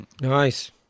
Nice